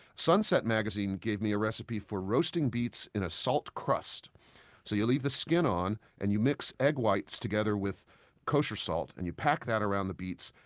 sunset magazine gave me a recipe for roasting beets in a salt crust so you leave the skin on, and you mix egg whites together with kosher salt and you pack that around the beets.